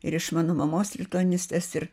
ir iš mano mamos lituanistės ir